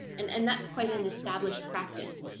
and and that's quite an established practice.